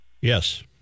Yes